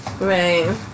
Right